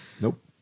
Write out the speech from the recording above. Nope